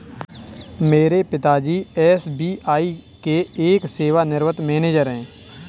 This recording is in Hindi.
मेरे पिता जी एस.बी.आई के एक सेवानिवृत मैनेजर है